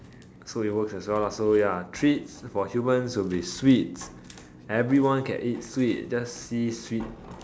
so it works as well lah so ya treats for humans will be sweets everyone can eat sweet just see sweet